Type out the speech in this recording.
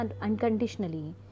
unconditionally